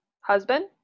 Husband